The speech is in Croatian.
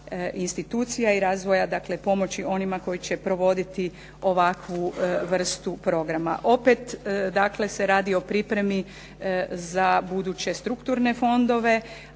institucija i razvoja dakle pomoći onima koji će provoditi ovakvu vrstu programa. Opet dakle se radi o pripremi za buduće strukturne fondove,